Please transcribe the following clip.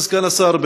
כבוד סגן השר,